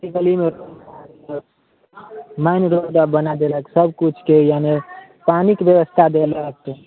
ई गलीमे main road आओर बना देलक सबकिछुके यानी पानीके बेबस्था देलक